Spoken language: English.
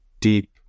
deep